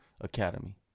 academy